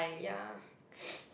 ya